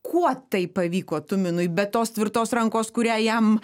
kuo tai pavyko tuminui be tos tvirtos rankos kurią jam